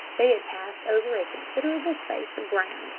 they had passed over a considerable space of ground,